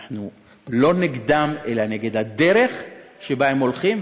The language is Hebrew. אנחנו לא נגדם אלא נגד הדרך שבה הם הולכים.